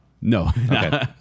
No